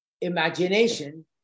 imagination